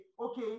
okay